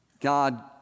God